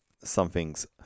something's